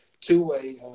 two-way